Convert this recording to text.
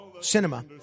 cinema